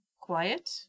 quiet